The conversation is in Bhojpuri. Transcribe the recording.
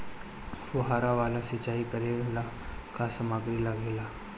फ़ुहारा वाला सिचाई करे लर का का समाग्री लागे ला?